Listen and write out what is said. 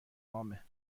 عامه